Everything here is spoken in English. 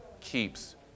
keeps